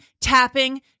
tapping